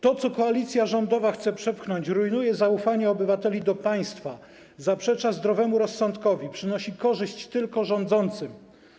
To, co koalicja rządowa chce przepchnąć, rujnuje zaufanie obywateli do państwa, zaprzecza zdrowemu rozsądkowi, przynosi korzyść tylko rządzącym.